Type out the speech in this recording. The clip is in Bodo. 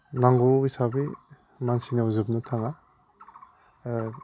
नांगौ हिसाबै मानसिनो जोबनो थाङा